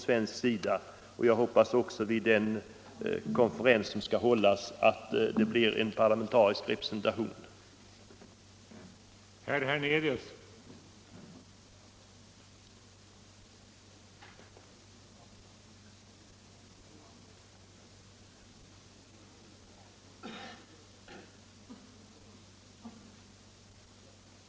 Jag hoppas även att det blir en parlamentarisk representation vid den konferens som skall hållas.